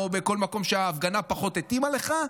או בכל מקום שבו ההפגנה פחות התאימה לך,